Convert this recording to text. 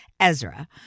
Ezra